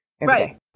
Right